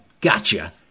Gotcha